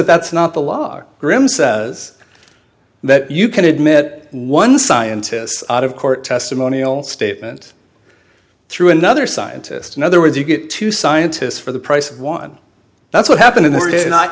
that's not the law grimm says that you can admit one scientists out of court testimonial statement through another scientist in other words you get two scientists for the price of one that's what happened